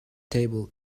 table